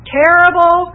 terrible